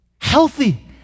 healthy